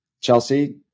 Chelsea